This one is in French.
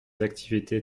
activités